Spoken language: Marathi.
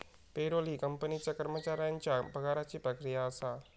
पेरोल ही कंपनीच्या कर्मचाऱ्यांच्या पगाराची प्रक्रिया असा